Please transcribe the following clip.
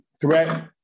threat